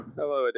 Hello